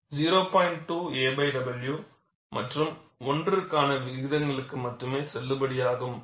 2 a w மற்றும் 1 ற்கான விகிதங்களுக்கு மட்டுமே செல்லுபடியாகும்